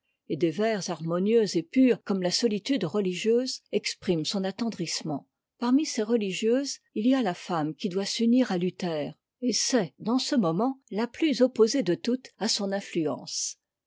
et des vers harmonieux et purs comme la solitude religieuse expriment son attendrissement parmi ces religieuses il y a la femme qui doit s'unir à luther et c'est dans ce moment la plus opposée de toutes son influence